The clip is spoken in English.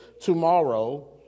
tomorrow